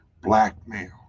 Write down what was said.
Blackmail